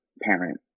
parent